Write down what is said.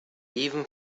even